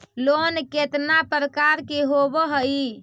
Loan केतना प्रकार के होव हइ?